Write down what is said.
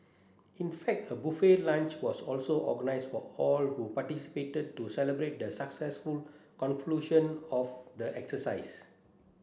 in fact a buffet lunch was also organised for all who participated to celebrate the successful conclusion of the exercise